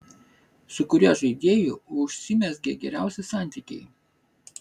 su kuriuo žaidėju užsimezgė geriausi santykiai